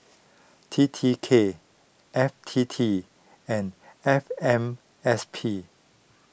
T T K F T T and F M S P